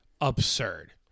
absurd